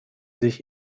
sich